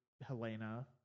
Helena